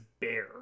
Bear